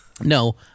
No